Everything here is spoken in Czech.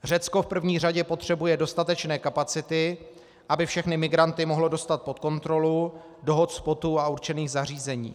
Řecko v první řadě potřebuje dostatečné kapacity, aby všechny migranty mohlo dostat pod kontrolu, do hotspotů a určených zařízení.